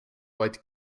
weit